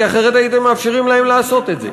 כי אחרת הייתם מאפשרים להם לעשות את זה.